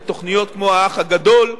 מתוכניות כמו "האח הגדול".